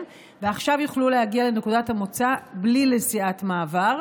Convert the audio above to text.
ועכשיו יוכלו להגיע לנקודת המוצא בלי נסיעת מעבר,